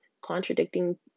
contradicting